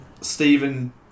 Stephen